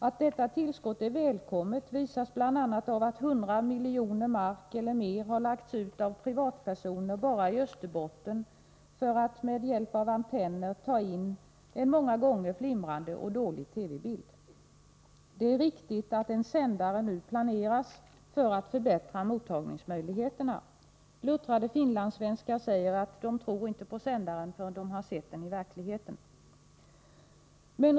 Att detta tillskott är välkommet visas bl.a. av att 100 miljoner mark eller mer har lagts ut av privatpersoner bara i Österbotten för att med hjälp av antenner ta in en många gånger flimrande och dålig TV-bild. Det är riktigt att en sändare nu planeras för att förbättra mottagningsmöjligheterna. Men luttrade finlandssvenskar säger att de inte tror på denna sändare förrän de har sett den i verkligheten.